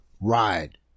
ride